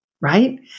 right